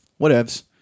whatevs